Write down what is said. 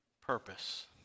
purpose